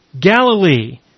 Galilee